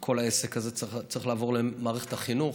שאני חושב שכל העסק הזה צריך לעבור למערכת החינוך.